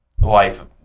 life